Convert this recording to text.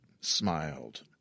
smiled